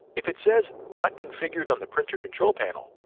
if it says not configured on the printer control panel,